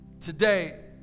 Today